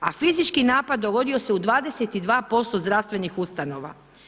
A fizički napad dogodio se u 22% zdravstvenih ustanova.